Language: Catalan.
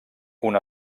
una